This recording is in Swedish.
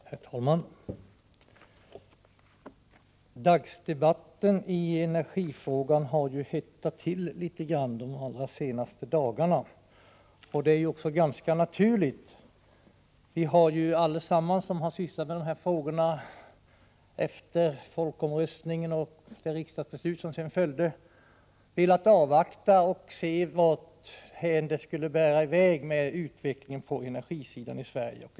Herr talman! Dagsdebatten i energifrågan har hettat till litet grand de allra senaste dagarna. Det är också ganska naturligt. Vi som sysslat med dessa frågor efter folkomröstningen och det riksdagsbeslut som sedan följde har allesammans velat avvakta och se varthän det skulle bära i väg med utvecklingen på energisidan i Sverige.